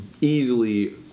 easily